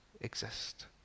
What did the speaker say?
exist